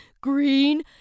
Green